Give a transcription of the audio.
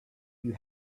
you